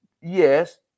Yes